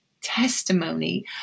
testimony